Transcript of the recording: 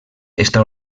està